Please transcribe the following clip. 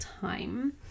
time